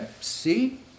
see